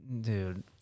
dude